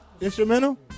Instrumental